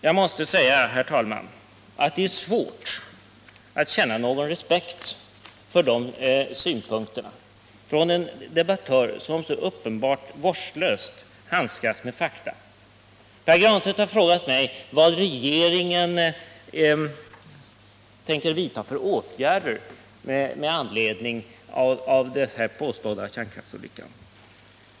Jag måste, herr talman, säga att det är svårt att känna någon respekt för de synpunkterna från en debattör som så uppenbart vårdslöst handskas med fakta. Pär Granstedt har frågat mig vad regeringen tänker vidta för åtgärder med anledning av den påstådda kärnkraftsolyckan.